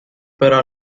però